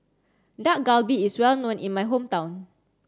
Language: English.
Dak Galbi is well known in my hometown